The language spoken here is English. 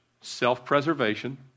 self-preservation